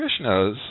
Krishnas